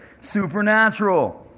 Supernatural